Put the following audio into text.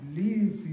leave